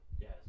Yes